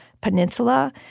Peninsula